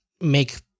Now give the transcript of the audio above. make